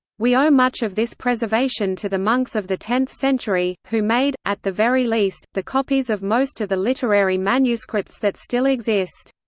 we owe much of this preservation to the monks of the tenth century, who made at the very least the copies of most of the literary manuscripts that still exist.